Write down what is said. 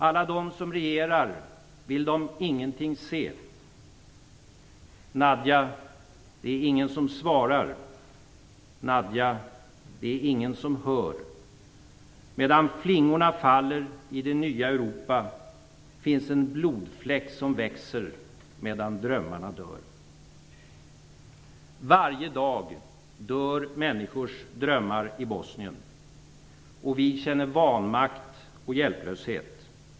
Alla dom som regerar, vill dom ingenting se? Nadja, det är ingen som svarar. Nadja, det är ingen som hör. Medan flingorna faller i det nya Europa finns en blodfläck som växer medan drömmarna dör. Varje dag dör människors drömmar i Bosnien. Och vi känner vanmakt och hjälplöshet.